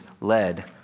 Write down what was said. led